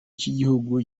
cy’igihugu